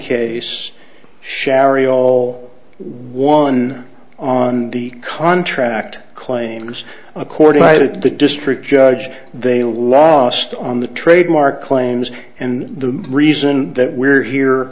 case sherry all one on the contract claims according to the district judge they lost on the trademark claims and the reason that we're here